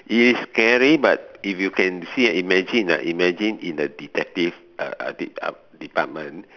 it is scary but if you can see and imagine ah imagine in the detective uh department